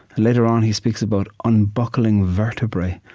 later on, he speaks about unbuckling vertebrae.